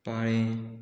पाळयें